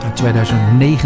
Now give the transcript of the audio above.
2009